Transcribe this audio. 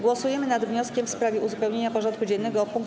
Głosujemy nad wnioskiem w sprawie uzupełnienia porządku dziennego o punkt: